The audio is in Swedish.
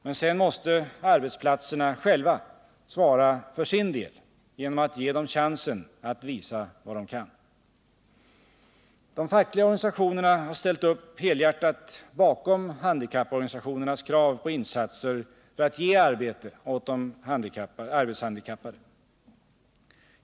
Men sedan måste arbetsplatserna själva svara för sin del genom att ge dem chansen att visa vad de kan. De fackliga organisationerna har ställt upp helhjärtat bakom handikapporganisationernas krav på insatser för att ge arbete åt de arbetshandikappade.